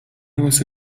واسه